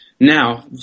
now